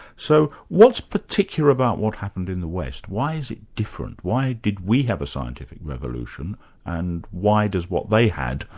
so what's particular about what happened in the west, why is it different? why did we have a scientific revolution and why does what they had,